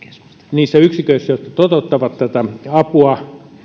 niissä yksiköissä jotka toteuttavat tätä apua